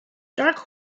dark